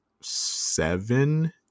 seven